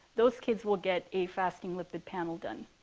those kids will get a fasting lipid panel done.